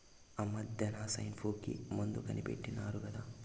ఆమద్దెన సైన్ఫ్లూ కి మందు కనిపెట్టినారు కదా